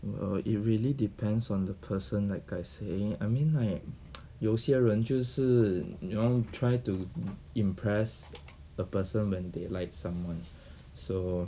err it really depends on the person like I say I mean like 有些人就是 you know try to imp~ impress the person when they like someone so